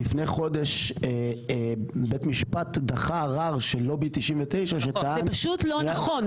לפני חודש בית משפט דחה ערר של לובי 99 שטען --- זה פשוט לא נכון.